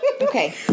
Okay